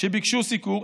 שביקשה סיקור.